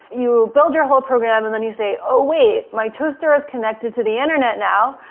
you build your help program and then you say, oh, wait. my toaster is connected to the internet now.